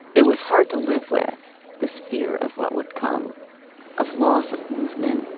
it was hard to live with this fear of what would come of loss of movement,